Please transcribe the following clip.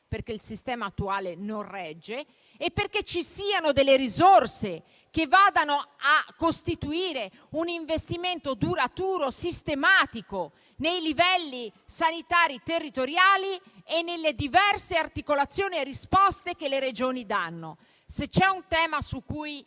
che il Sistema attuale non regge, e perché ci siano delle risorse che vadano a costituire un investimento duraturo e sistematico nei livelli sanitari territoriali, nelle diverse articolazioni e nelle diverse risposte che le Regioni danno. Se c'è un tema su cui io